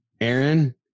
Aaron